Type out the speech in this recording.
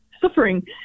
suffering